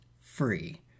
free